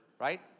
right